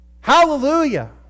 Hallelujah